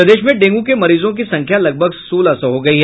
प्रदेश में डेंगू के मरीजों की संख्या लगभग सोलह सौ हो गयी